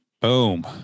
Boom